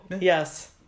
yes